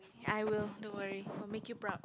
I will don't worry I'll make you proud